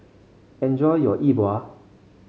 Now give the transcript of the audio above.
enjoy your Yi Bua